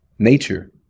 Nature